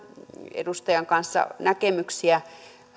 edustajan kanssa näkemyksiä